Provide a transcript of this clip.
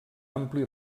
ampli